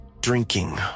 drinking